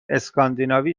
اسکاندیناوی